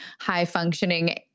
high-functioning